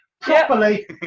properly